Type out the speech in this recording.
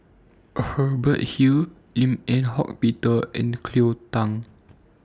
Hubert Hill Lim Eng Hock Peter and Cleo Thang